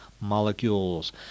molecules